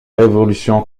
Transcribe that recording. révolution